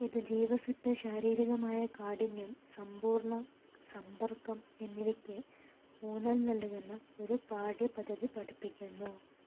ഇത് ജീവസ്സുറ്റ ശാരീരികമായ കാഠിന്യം സമ്പൂർണ്ണ സമ്പർക്കം എന്നിവയ്ക്ക് ഊന്നൽ നൽകുന്ന ഒരു പാഠ്യപദ്ധതി പഠിപ്പിക്കുന്നു